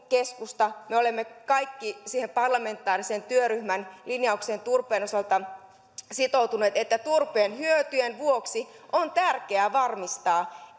keskusta olemme siihen parlamentaarisen työryhmän linjaukseen turpeen osalta sitoutuneet että turpeen hyötyjen vuoksi on tärkeää varmistaa